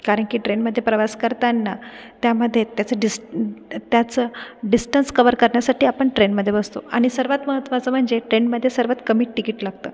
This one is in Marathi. कारण की ट्रेनमधे प्रवास करताना त्यामध्ये त्याचं डिस त्याचं डिस्टन्स कवर करण्यासाठी आपण ट्रेनमध्ये बसतो आणि सर्वांत महत्वाचं म्हणजे ट्रेनमध्ये सर्वांत कमी टिकिट लागतं